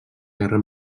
guerra